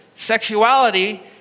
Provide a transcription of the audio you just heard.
sexuality